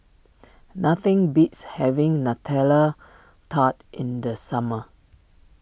nothing beats having Nutella Tart in the summer